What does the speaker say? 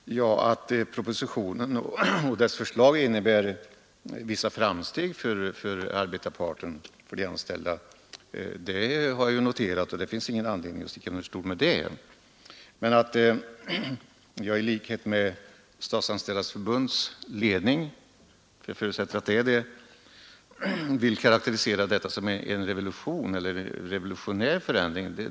Fru talman! Jag har noterat att propositionen om det förslag som vi nu behandlar innebär vissa framsteg för de anställda, och det finns ingen anledning att sticka under stol med det, men jag tycker att det är för mycket att, i likhet med ledningen för Statsanställdas förbund — som jag förutsätter att det gäller — karakterisera detta som en revolutionerande förändring.